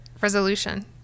resolution